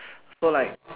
so like